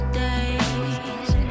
days